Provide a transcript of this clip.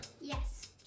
Yes